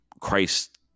Christ